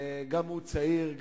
גם הוא צעיר,